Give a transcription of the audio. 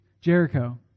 Jericho